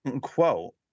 quote